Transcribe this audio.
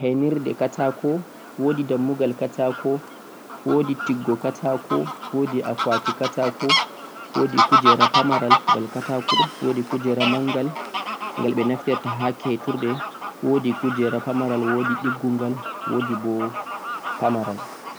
wodi henirde katako, wodi dammugal katako, wodi tiggo katako, wodi akwati katako, wodi kujera mangal, wodi kujera pamaral